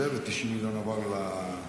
ו-90 מיליון עברו לרשות העוני.